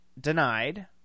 denied